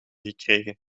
gekregen